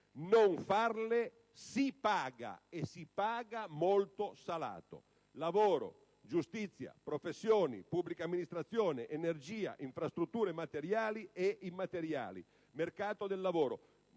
non farle si paga, e si paga molto salato. Lavoro, giustizia, professioni, pubblica amministrazione, energia, infrastrutture materiali e immateriali, mercato del lavoro: